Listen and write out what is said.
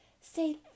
Say